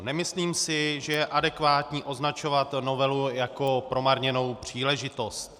Nemyslím si, že je adekvátní označovat novelu jako promarněnou příležitost.